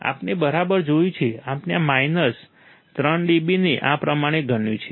આપણે બરાબર જોયું છે આપણે આ માઈનસ 3 dB ને આ પ્રમાણે ગણ્યું છે